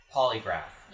Polygraph